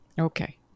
okay